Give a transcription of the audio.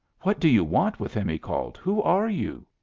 what do you want with him? he called. who are you?